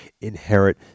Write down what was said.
inherit